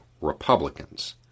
Republicans